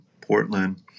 portland